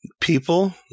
People